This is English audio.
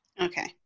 Okay